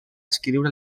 escriure